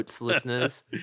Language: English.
listeners